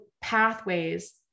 pathways